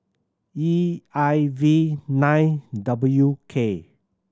E I V nine W K